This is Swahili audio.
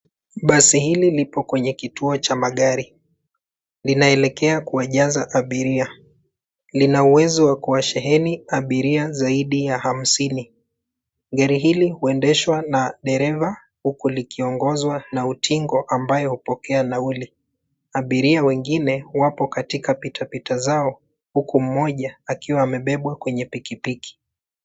Basi hili lipo kwenye kituo cha magari. Linaelekea kuwajaza abiria. Lina uwezo la kuwasheheni abiria zaidi ya hamsini. Gari hili huendeshwa na dereva huku likiongozwa na utingo ambaye hupokea nauli. Abiria wengine, wako katika pita, pita zao, huku mmoja akiwa amebebwa kwenye pikipiki.